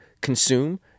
consume